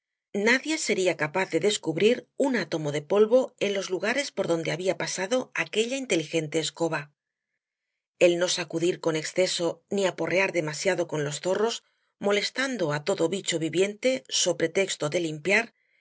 nadie sería capaz de descubrir un átomo de polvo en los lugares por donde había pasado aquella inteligente escoba el no sacudir con exceso ni aporrear demasiado con los zorros molestando á todo bicho viviente so pretexto de limpiar